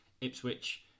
Ipswich